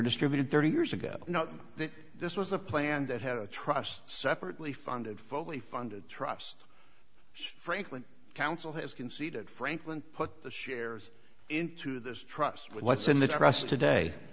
distributed thirty years ago this was a plan that had a trust separately funded fully funded trust franklin council has conceded franklin put the shares into this trust what's in the t